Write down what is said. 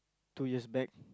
two years back